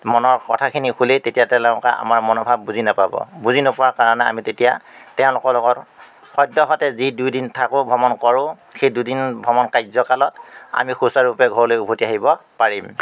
মনৰ কথাখিনি খুলি তেতিয়া তেওঁলোকে আমাৰ মনোভাৱ বুজি নাপাব বুজি নোপোৱাৰ কাৰণে আমি তেতিয়া তেওঁলোকৰ লগত সদ্যহতে যি দুই এদিন থাকোঁ ভ্ৰমণ কৰোঁ সেই দুদিন ভ্ৰমণ কাৰ্যকালত আমি সুচাৰুৰূপে ঘৰলৈ উভতি আহিব পাৰিম